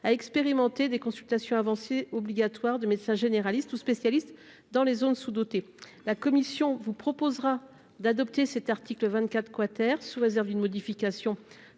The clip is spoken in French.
l'expérimentation de consultations avancées obligatoires, par des médecins généralistes ou spécialistes, dans les zones sous-dotées. La commission proposera l'adoption de cet article, sous réserve d'une modification